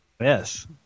Yes